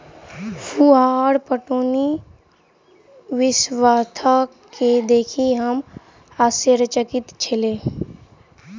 फुहार पटौनी व्यवस्था के देखि हम आश्चर्यचकित छलौं